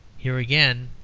here, again,